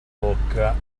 bocca